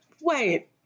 wait